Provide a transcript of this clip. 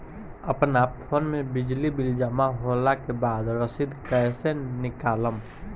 अपना फोन मे बिजली बिल जमा होला के बाद रसीद कैसे निकालम?